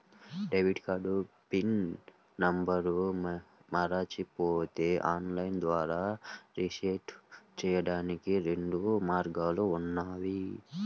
debit card pin నంబర్ను మరచిపోతే online ద్వారా రీసెట్ చెయ్యడానికి రెండు మార్గాలు ఉన్నాయి